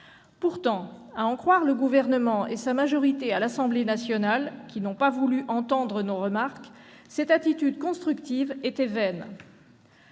Pourtant, à en croire le Gouvernement et sa majorité à l'Assemblée nationale, qui n'ont pas voulu entendre nos remarques, cette attitude constructive était vaine.